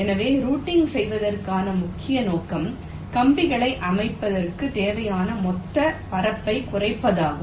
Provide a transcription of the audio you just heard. எனவே ரூட்டிங் செய்வதற்கான முக்கிய நோக்கம் கம்பிகளை அமைப்பதற்குத் தேவையான மொத்த பரப்பைக் குறைப்பதாகும்